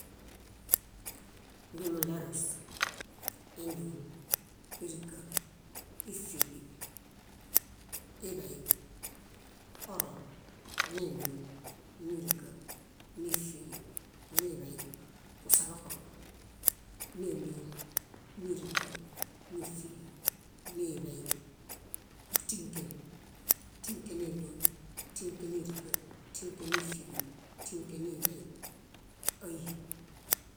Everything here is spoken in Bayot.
Mimuɭerus. Éndon, íriga, ífiġi, iḃey, oro, néndon, níriga, nífiġi, niiḃey, kuseḃoko, néndon, níriga, nífiġi, niiḃey, bútinken, bútinken néndon, bútinken níriga, bútinken nífiġi, bútinken niiḃey, ái.